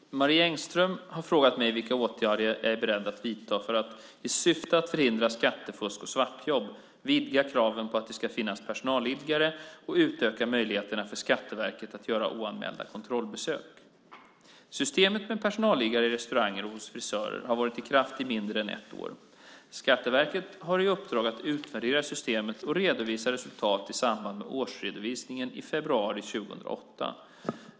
Fru talman! Marie Engström har frågat mig vilka åtgärder jag är beredd att vidta för att, i syfte att förhindra skattefusk och svartjobb, vidga kraven på att det ska finnas personalliggare och utöka möjligheterna för Skatteverket att göra oanmälda kontrollbesök. Systemet med personalliggare i restauranger och hos frisörer har varit i kraft i mindre än ett år. Skatteverket har i uppdrag att utvärdera systemet och redovisa resultatet i samband med årsredovisningen i februari 2008.